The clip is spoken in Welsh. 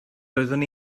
doeddwn